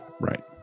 right